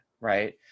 right